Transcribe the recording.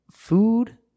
Food